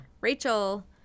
Rachel